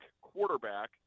quarterback